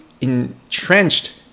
entrenched